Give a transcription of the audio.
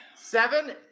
Seven